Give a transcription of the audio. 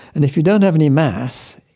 and if you don't have any mass,